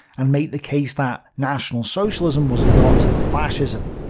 and make the case that national socialism was not fascism.